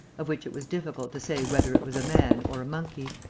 of which it was difficult to say whether it was a man or a monkey.